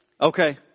Okay